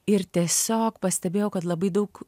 ir tiesiog pastebėjau kad labai daug